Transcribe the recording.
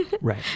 Right